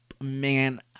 Man